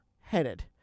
headed